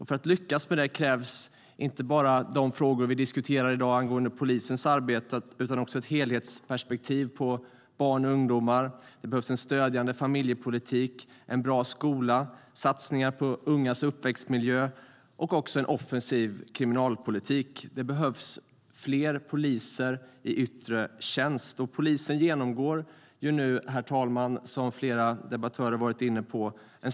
För att lyckas med det krävs inte bara det vi diskuterar i dag angående polisens arbete, utan också ett helhetsperspektiv på barn och ungdomar. Det behövs en stödjande familjepolitik, en bra skola, satsningar på ungas uppväxtmiljö och en offensiv kriminalpolitik. Det behövs också fler poliser i yttre tjänst. Herr talman! Polisen genomgår nu en stor omorganisation, som flera debattörer varit inne på.